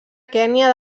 kenya